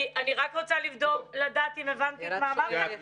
אני רק רוצה לדעת אם הבנתי מה אמרת.